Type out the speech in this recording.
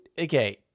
Okay